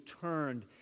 turned